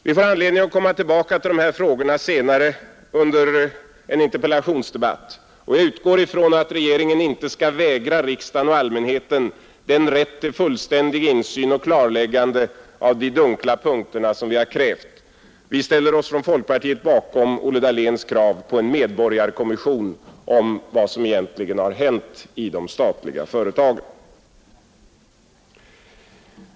Vi får i samband med en interpellationsdebatt anledning att återkomma till dessa frågor under denna riksdag, och jag utgår ifrån att regeringen inte skall förvägra riksdagen och allmänheten den rätt till fullständig insyn och klarläggande av de dunkla punkterna som vi krävt. Vi inom folkpartiet ställer oss bakom Olle Dahléns krav på en medborgarkommission om vad som egentligen har hänt i de statliga företagen.